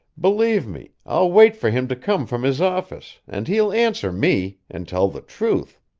believe me, i'll wait for him to come from his office and he'll answer me, and tell the truth!